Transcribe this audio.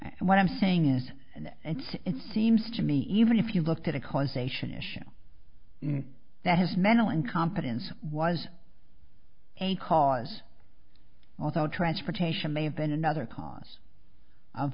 and what i'm saying is and it seems to me even if you looked at a causation issue that his mental incompetence was a cause although transportation may have been another cause